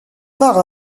par